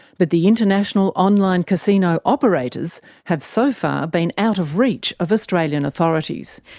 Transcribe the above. but the international online casino operators have so far been out of reach of australian authorities.